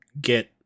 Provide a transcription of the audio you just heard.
get